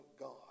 God